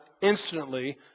instantly